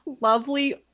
lovely